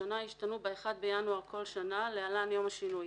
הראשונה ישתנו ב-1 בינואר של כל שנה (להלן יום השינוי)